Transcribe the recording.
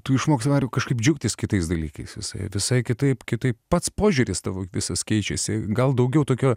tu išmoksi dar ir kažkaip džiaugtis kitais dalykais visai visai kitaip kitaip pats požiūris tavo visas keičiasi gal daugiau tokių